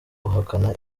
ahakana